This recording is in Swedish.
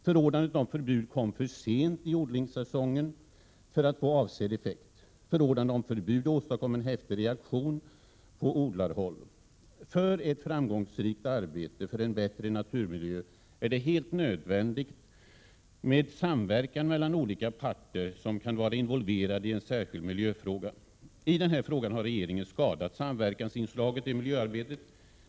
Förordnandet om förbud kom för sent i odlingssäsongen för att få avsedd effekt. Förordnandet om förbud åstadkom en häftig reaktion på odlarhåll. För ett framgångsrikt arbete för en bättre naturmiljö är det helt nödvändigt med samverkan mellan olika parter som kan vara involverade i en särskild miljöfråga. I den här frågan har regeringen skadat samverkansinslaget i miljöarbetet.